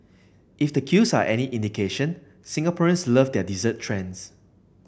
if the queues are any indication Singaporeans love their dessert trends